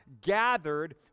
gathered